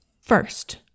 First